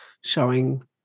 showing